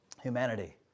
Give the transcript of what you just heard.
humanity